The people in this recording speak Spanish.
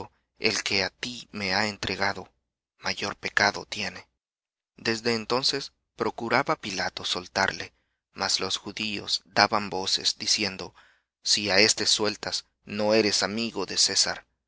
el que á ti me ha entregado mayor pecado tiene desde entonces procuraba pilato soltarle mas los judíos daban voces diciendo si á éste sueltas no eres amigo de césar